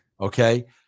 okay